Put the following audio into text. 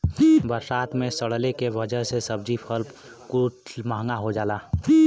बरसात मे सड़ले के वजह से सब्जी फल कुल महंगा हो जाला